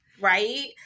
right